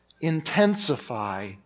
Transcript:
intensify